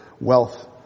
wealth